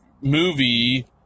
movie